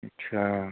अच्छा